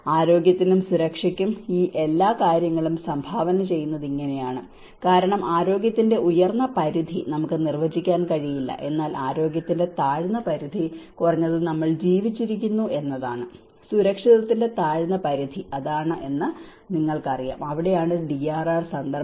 ആരോഗ്യത്തിനും സുരക്ഷയ്ക്കും ഈ എല്ലാ കാര്യങ്ങളും സംഭാവന ചെയ്യുന്നത് ഇങ്ങനെയാണ് കാരണം ആരോഗ്യത്തിന്റെ ഉയർന്ന പരിധി നമുക്ക് നിർവചിക്കാൻ കഴിയില്ല എന്നാൽ ആരോഗ്യത്തിന്റെ താഴ്ന്ന പരിധി കുറഞ്ഞത് നമ്മൾ ജീവിച്ചിരിക്കുന്നു എന്നതാണ് സുരക്ഷിതത്വത്തിന്റെ താഴ്ന്ന പരിധി അതാണ് എന്ന് നിങ്ങൾക്കറിയാം അവിടെയാണ് DRR സന്ദർഭം